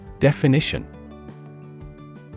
Definition